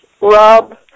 Rob